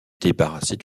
débarrasser